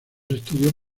estudios